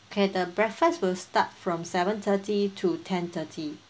okay the breakfast will start from seven thirty to ten thirty